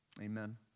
Amen